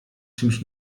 czymś